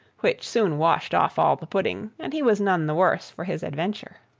which soon washed off all the pudding, and he was none the worse for his adventure.